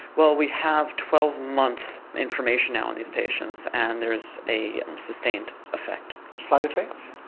well we have twelve months information now on these patients and there is a sustained effect. side effects?